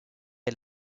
est